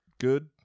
good